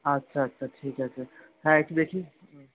আচ্ছা আচ্ছা ঠিক আছে হ্যাঁ একটু দেখি